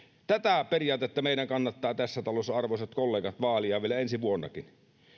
tätä periaatetta meidän kannattaa tässä talossa arvoisat kollegat vaalia vielä ensi vuonnakin